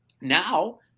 Now